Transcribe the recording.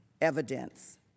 evidence